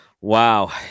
Wow